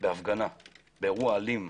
להפגנה, לאירוע אלים.